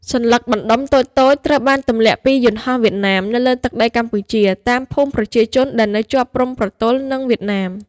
សន្លឹកបណ្ដុំតូចៗត្រូវបានទន្លាក់ពីយន្តហោះវៀតណាម នៅលើទឹកដីកម្ពុជា តាមភូមិប្រជាជនដែលនៅជាប់ព្រំប្រទល់និងវៀតណាម។